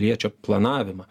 liečia planavimą